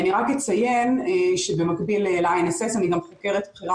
אני רק אציין שבמקביל ל-INSS אני גם חוקרת בכירה